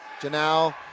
Janelle